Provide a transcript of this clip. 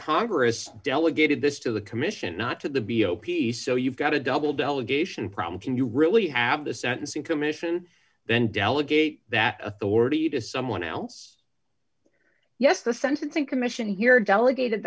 congress delegated this to the commission not to the b o p so you've got a double delegation problem can you really have the sentencing commission then delegate that authority to someone else yes the sentencing commission here delegated